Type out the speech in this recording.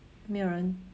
没有人